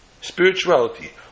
Spirituality